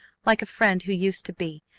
like a friend who used to be,